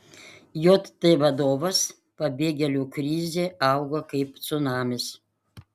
jt vadovas pabėgėlių krizė auga kaip cunamis